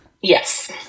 Yes